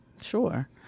Sure